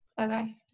Okay